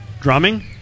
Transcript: Drumming